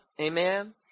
amen